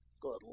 Good